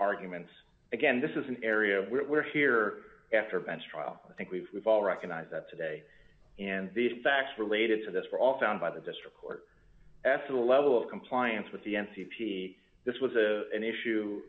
arguments again this is an area where here after bench trial i think we've all recognize that today and the facts related to this were all found by the district court as to the level of compliance with the n c p this was a an issue